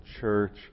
church